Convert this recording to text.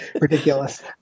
ridiculous